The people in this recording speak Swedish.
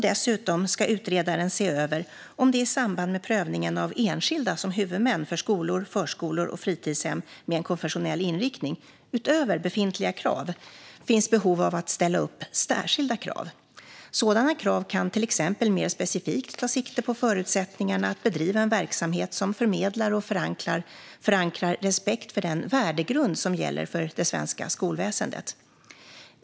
Dessutom ska utredaren se över om det i samband med prövningen av enskilda som huvudmän för skolor, förskolor och fritidshem med en konfessionell inriktning - utöver befintliga krav - finns behov av att ställa upp särskilda krav. Sådana krav kan till exempel mer specifikt ta sikte på förutsättningarna att bedriva en verksamhet som förmedlar och förankrar respekt för den värdegrund som gäller för det svenska skolväsendet.